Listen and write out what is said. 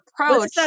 approach